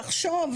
תחשוב,